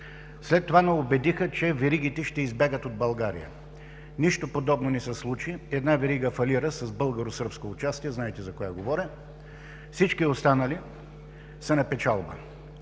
След това ни убедиха, че веригите ще избягат от България. Нищо подобно не се случи, една верига с българо-сръбско участие фалира. Знаете за коя говоря. Всички останали са на печалба.